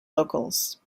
locals